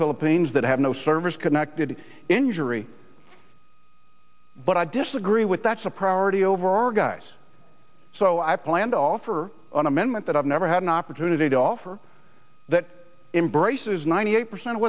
philippines that have no service connected injury but i disagree with that's a priority over our guys so i plan to offer an amendment that i've never had an opportunity to offer that embraces ninety eight percent of